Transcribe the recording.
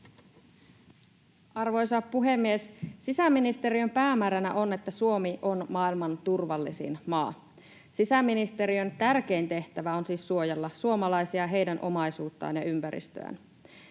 Arvoisa puhemies! Sisäministeriön päämääränä on, että Suomi on maailman turvallisin maa. Sisäministeriön tärkein tehtävä on siis suojella suomalaisia, heidän omaisuuttaan ja ympäristöään.